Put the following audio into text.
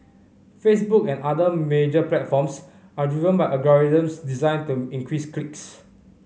Facebook and other major platforms are driven by algorithms designed to increase clicks